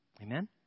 Amen